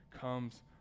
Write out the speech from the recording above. comes